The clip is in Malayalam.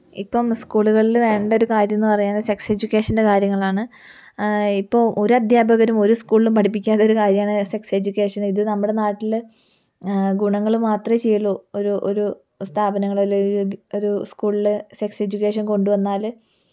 ഇപ്പം സ്ക്കൂളുകളില് വേണ്ടൊരു കാര്യമെന്ന് പറയുന്നത് സെക്സ് എഡ്യൂക്കേഷൻ്റെ കാര്യങ്ങളാണ് ആ ഇപ്പോൾ ഒരധ്യാപകരും ഒരു സ്ക്കൂളിലും പഠിപ്പിക്കാത്തൊരു കാര്യമാണ് സെക്സ് എഡ്യൂക്കേഷൻ ഇത് നമ്മുടെ നാട്ടില് ഗുണങ്ങള് മാത്രമേ ചെയ്യുള്ളൂ ഒരു ഒരു സ്ഥാപനങ്ങളോ ഒരു സ്ക്കൂളില് സെക്സ് എഡ്യൂക്കേഷൻ കൊണ്ടുവന്നാല്